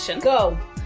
Go